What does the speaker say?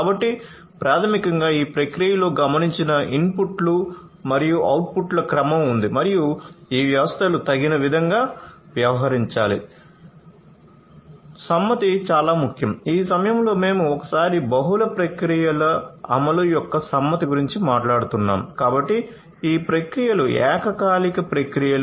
కాబట్టి ప్రాథమికంగా ఈ ప్రక్రియలో గమనించిన ఇన్పుట్లు మరియు అవుట్పుట్ల క్రమం ఉంది మరియు ఈ వ్యవస్థలు తగిన విధంగా వ్యవహరించాలి